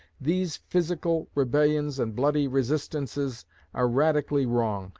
these physical rebellions and bloody resistances are radically wrong,